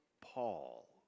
Paul